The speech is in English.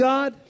God